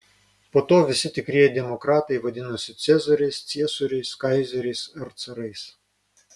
po to visi tikrieji demokratai vadinosi cezariais ciesoriais kaizeriais ar carais